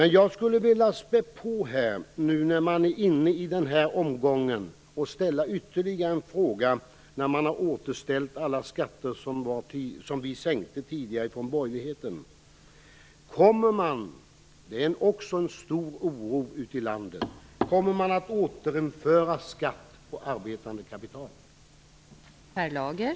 När vi nu är inne i den här omgången, skulle jag vilja spä på med ytterligare en fråga: Kommer man nu, när man nu har återställt alla skatter som vi från borgerlig sida tidigare sänkte, att återinföra skatt på arbetande kapital? Det finns en stor oro också för det ute i landet.